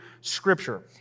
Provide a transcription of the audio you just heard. Scripture